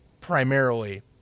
primarily